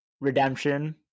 redemption